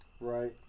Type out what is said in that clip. Right